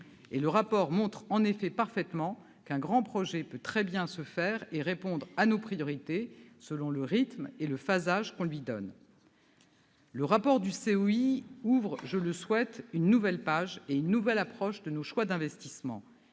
Le rapport souligne parfaitement qu'un grand projet peut très bien se réaliser et répondre à nos priorités, selon le rythme et le phasage qu'on lui donne. Le rapport du COI ouvre, je le souhaite, une nouvelle page et une nouvelle approche dans nos choix d'investissement.